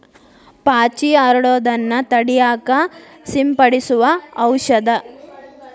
ಪಾಚಿ ಹರಡುದನ್ನ ತಡಿಯಾಕ ಸಿಂಪಡಿಸು ಔಷದ